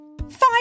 five